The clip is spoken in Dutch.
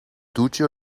toetje